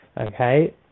okay